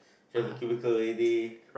you have a cubicle A D